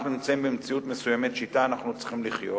אנחנו נמצאים במציאות מסוימת שאתה אנחנו צריכים לחיות,